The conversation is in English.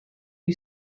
you